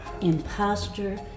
Imposter